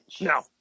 No